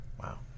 wow